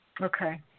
Okay